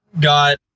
got